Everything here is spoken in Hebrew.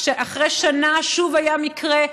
כאשר אחרי שנה שוב היה מקרה,